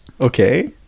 okay